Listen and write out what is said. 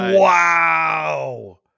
Wow